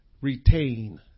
retain